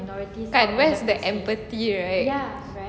where is the empathy right